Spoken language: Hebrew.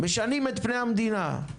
משנים את פני המדינה.